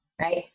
right